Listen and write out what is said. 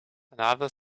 another